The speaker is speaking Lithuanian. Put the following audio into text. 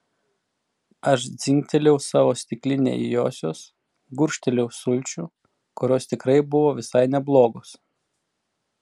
aš dzingtelėjau savo stikline į josios gurkštelėjau sulčių kurios tikrai buvo visai neblogos